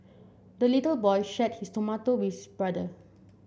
the little boy shared his tomato with his brother